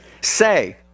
Say